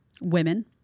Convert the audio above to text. women